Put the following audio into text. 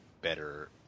better